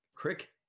Crick